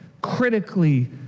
critically